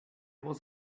was